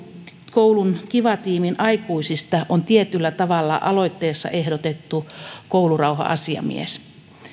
koulun kiva tiimin aikuisista on tietyllä tavalla aloitteessa ehdotettu koulurauha asiamies